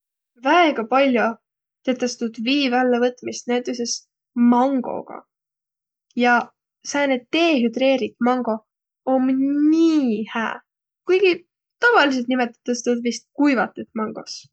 Väega pall'o tetäs tuud vii vällävõtmist näütüses mangogaq. Ja sääne dehüdreerit mango om nii hää, kuiki tavalidsõlt nimetedäs tuud vist kuivatõt mangos.